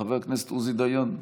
חבר הכנסת עוזי דיין,